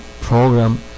program